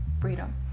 freedom